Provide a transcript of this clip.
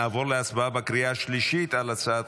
נעבור להצבעה בקריאה השלישית על הצעת